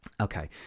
okay